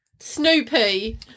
Snoopy